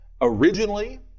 originally